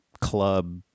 Club